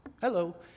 Hello